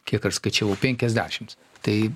kiek aš skaičiavau penkiasdešimt tai